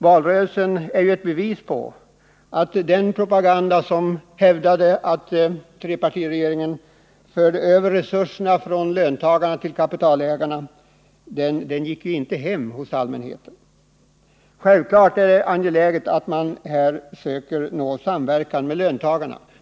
Valresultatet är ett bevis på att den propaganda som hävdade att trepartiregeringen förde över resurserna från löntagarna till kapitalägarna inte gick hem hos allmänheten. Självfallet är det angeläget att man här försöker nå en samverkan med löntagarna.